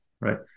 right